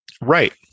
right